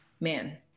man